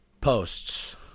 posts